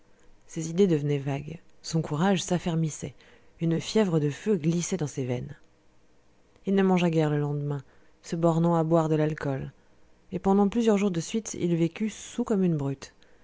ses idées devenaient vagues son courage s'affermissait une fièvre de feu glissait dans ses veines il ne mangea guère le lendemain se bornant à boire de l'alcool et pendant plusieurs jours de suite il vécut saoul comme une brute